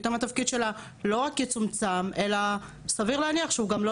פתאום התפקיד שלה לא רק יצומצם אלא סביר להניח שהוא גם לא